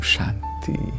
Shanti